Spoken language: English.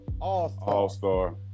all-star